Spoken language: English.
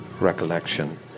recollection